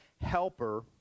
helper